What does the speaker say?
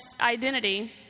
identity